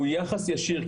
הוא יחס ישיר,